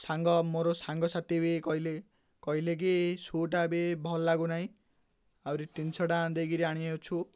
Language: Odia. ସାଙ୍ଗ ମୋର ସାଙ୍ଗସାଥି ବି କହିଲେ କହିଲେ କି ସୁ'ଟା ବି ଭଲ୍ ଲାଗୁନାହିଁ ଆହୁରି ତିନିଶହ ଟଙ୍କା ଦେଇକିରି ଆଣିଅଛୁ